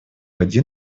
один